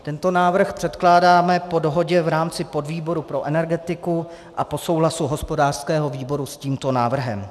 Tento návrh předkládáme po dohodě v rámci podvýboru pro energetiku a po souhlasu hospodářského výboru s tímto návrhem.